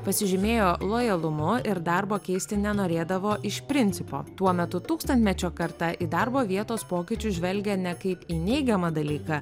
pasižymėjo lojalumu ir darbo keisti nenorėdavo iš principo tuo metu tūkstantmečio karta į darbo vietos pokyčius žvelgia ne kaip į neigiamą dalyką